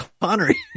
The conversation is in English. Connery